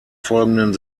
folgenden